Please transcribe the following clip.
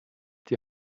die